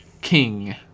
King